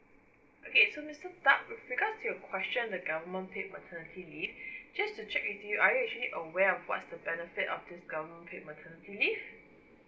okay so mister tak with regards to your question the government paid maternity leave just to check with you are you actually aware of what's the benefit of this government paid maternity leave